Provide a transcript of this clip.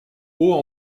hauts